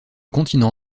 continent